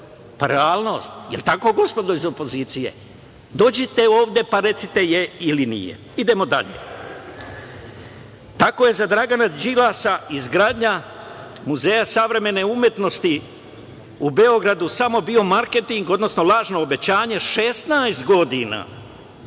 pa realnost. Da li je tako, gospodo iz opozicije? Dođite ovde pa recite jeste ili nije. Idemo dalje. Tako je za Dragana Đilasa izgradnja Muzeja savremene umetnosti u Beogradu samo bio marketing, odnosno lažno obećanje 16 godina,